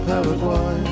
Paraguay